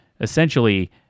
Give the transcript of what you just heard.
essentially